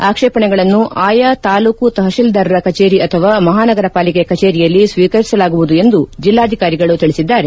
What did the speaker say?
ಆಕ್ಷೇಪಣೆಗಳನ್ನು ಆಯಾ ತಾಲ್ಲೂಕು ತಪತೀಲ್ಲಾರರ ಕಚೇರಿ ಅಥವಾ ಮಹಾನಗರಪಾಲಿಕೆ ಕಚೇರಿಯಲ್ಲಿ ಸ್ವೀಕರಿಸಲಾಗುವುದು ಎಂದು ಜೆಲ್ಲಾಧಿಕಾರಿಗಳು ತಿಳಿಸಿದ್ದಾರೆ